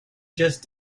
just